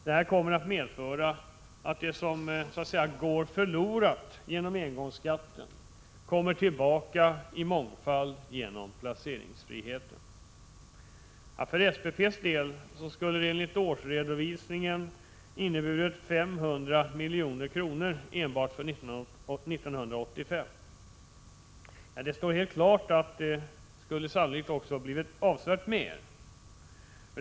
Detta kommer att medföra att det som ”går förlorat” genom engångsskatten kommer tillbaka i mångfald genom placeringsfriheten. För SPP:s del skulle detta enligt årsredovisningen ha inneburit 500 milj.kr. enbart för 1985. Det står helt klart att det skulle ha blivit avsevärt mer.